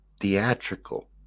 theatrical